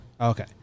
Okay